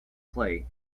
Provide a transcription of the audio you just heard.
play